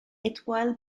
étoile